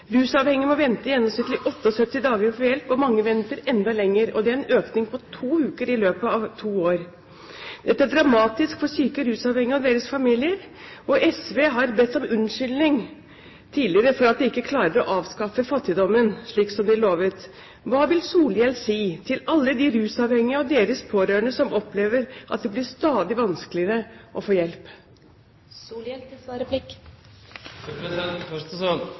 Rusavhengige må vente i gjennomsnittlig 78 dager på å få hjelp, og mange venter enda lenger. Det er en økning på to uker i løpet av to år. Dette er dramatisk for syke rusavhengige og deres familier. SV har bedt om unnskyldning tidligere for at de ikke klarer å avskaffe fattigdommen, slik de har lovet. Hva vil representanten Solhjell si til alle de rusavhengige og deres pårørende som opplever at det blir stadig vanskeligere å få hjelp?